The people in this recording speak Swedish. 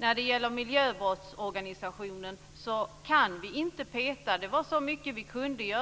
När det gäller miljöbrottsorganisationen kunde vi